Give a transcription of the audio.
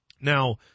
Now